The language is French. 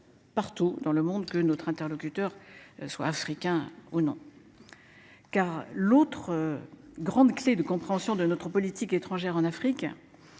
Partout dans le monde que notre interlocuteur soit africain ou non. Car l'autre grande clés de compréhension de notre politique. Qu'étrangères en Afrique.